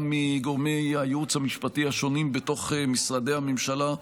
גם מגורמי הייעוץ המשפטי השונים בתוך משרדי הממשלה.